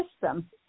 system